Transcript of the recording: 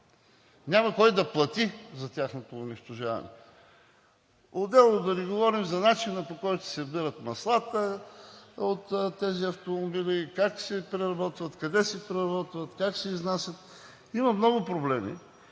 няма кой да плати за тяхното унищожаване. Отделно да не говорим за начина, по който се събират маслата от тези автомобили, как се преработват, къде се преработват, как се изнасят – има много проблеми.